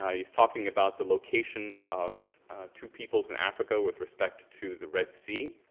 he's talking about the location of two people in africa with respect to the red sea